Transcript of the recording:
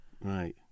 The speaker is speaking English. Right